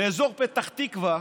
באזור פתח תקווה,